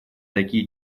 такие